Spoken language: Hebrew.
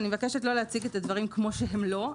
ואני מבקשת לא להציג את הדברים כמו שהם לא.